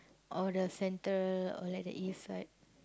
or the Center or like the East side